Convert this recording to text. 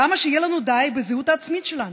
למה שיהיה לנו די בזהות העצמית שלנו?